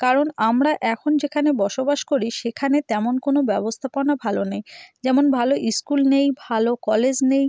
কারণ আমরা এখন যেখানে বসবাস করি সেখানে তেমন কোনো ব্যবস্থাপনা ভালো নেই যেমন ভালো স্কুল নেই ভালো কলেজ নেই